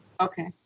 Okay